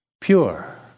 pure